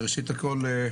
ראשית כול,